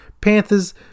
Panthers